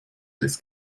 des